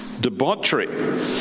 debauchery